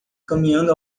caminhando